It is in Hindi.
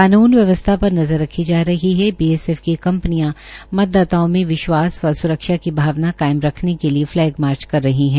कानून व्यवस्था पर नज़र रखी जा रही है बीएसएफ की कंपनियां मतदाताओं मे विश्वास व सुरक्षा की भावना कायम रखने के लिये फलैग मार्च कर रही है